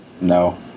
No